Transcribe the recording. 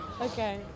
Okay